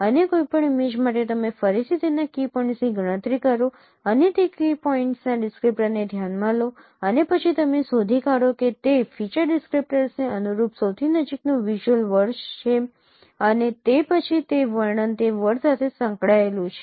અને કોઈપણ ઇમેજ માટે તમે ફરીથી તેના કી પોઇન્ટ્સની ગણતરી કરો અને તે કી પોઈન્ટના ડિસક્રીપ્ટરને ધ્યાનમાં લો અને પછી તમે શોધી કાઢો કે તે ફીચર ડિસક્રીપ્ટર્સને અનુરૂપ સૌથી નજીકનો વિઝ્યુઅલ વર્ડ છે અને તે પછી તે વર્ણન તે વર્ડ સાથે સંકળાયેલું છે